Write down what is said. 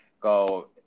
go